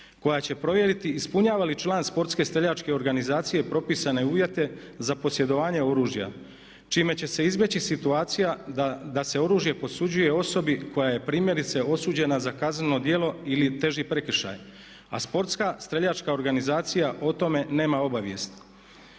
koja će provjeriti ispunjava li član sportske streljačke organizacije propisane uvjete za posjedovanje oružja čime će se izbjeći situacija da se oružje posuđuje osobi koja je primjerice osuđena za kazneno djelo ili teži prekršaj, a sportska streljačka organizacija o tome nema obavijest.